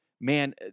Man